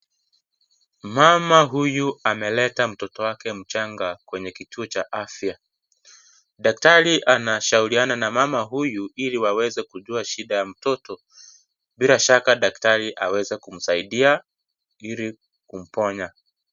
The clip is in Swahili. Mama huyu ameleta mtoto wake mchanga kwenye kituo cha afya. Daktari anashauriana na mama huyu ili waweze kujua shida ya mtoto, bila shaka daktari aweze kumsaidia ili kumponya